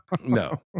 No